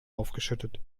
aufgeschüttet